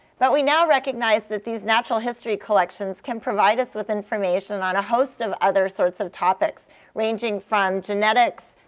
but we now recognize this these natural history collections can provide us with information on a host of other sorts of topics ranging from genetics,